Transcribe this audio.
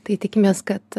tai tikimės kad